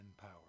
power